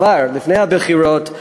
כבר לפני הבחירות,